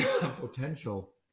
potential